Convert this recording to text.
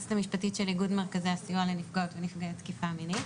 היועצת המשפטית של איגוד מרכזי הסיוע של נפגעות ונפגעי תקיפה מינית.